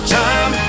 time